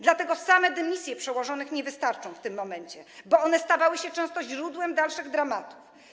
Dlatego same dymisje przełożonych nie wystarczą w tym momencie, bo ich decyzje stawały się często źródłem dalszych dramatów.